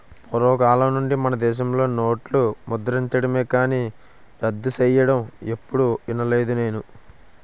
పూర్వకాలం నుండి మనదేశంలో నోట్లు ముద్రించడమే కానీ రద్దు సెయ్యడం ఎప్పుడూ ఇనలేదు నేను